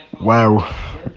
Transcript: Wow